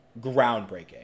Groundbreaking